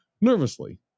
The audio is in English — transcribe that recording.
Nervously